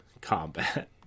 combat